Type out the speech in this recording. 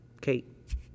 Kate